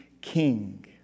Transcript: king